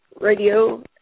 Radio